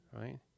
Right